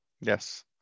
Yes